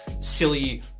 silly